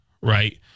right